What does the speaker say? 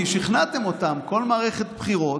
כי שכנעתם אותם כל מערכת הבחירות,